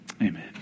Amen